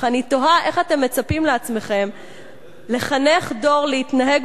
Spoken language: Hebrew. אך אני תוהה איך אתם מצפים ממני לחנך דור להתנהג